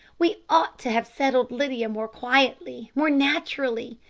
we ought to have settled lydia more quietly, more naturally.